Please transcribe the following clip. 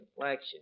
complexion